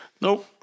No